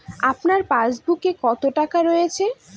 আপনার পাসবুকে কত টাকা রয়েছে?